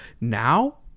Now